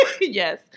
yes